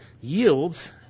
yields